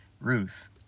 Ruth